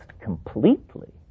completely